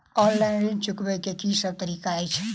Online ऋण चुकाबै केँ की सब तरीका अछि?